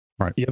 right